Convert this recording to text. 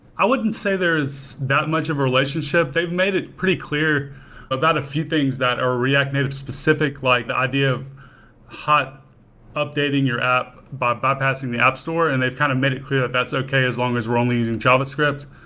i wouldn't say there's that much of a relationship. they've made it pretty clear about a few things that are react native specific, like the idea of updating your app, but baptizing the app store and they've kind of made it clear that that's okay as long as we're only using javascript.